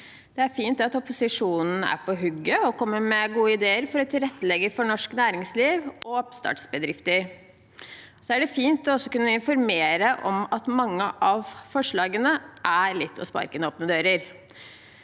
Det er fint at opposisjonen er på hugget og kommer med gode ideer for å tilrettelegge for norsk næringsliv og oppstartsbedrifter. Da er det også fint å kunne informere om at mange av forslagene er litt som å sparke inn åpne dører.